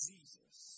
Jesus